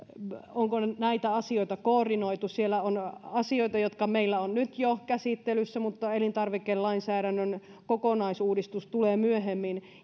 onko näitä asioita koordinoitu siellä on asioita jotka ovat meillä nyt jo käsittelyssä mutta elintarvikelainsäädännön kokonaisuudistus tulee myöhemmin